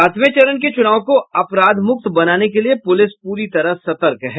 सातवें चरण के चुनाव को अपराध मुक्त बनाने के लिए पुलिस पूरी तरह सतर्क है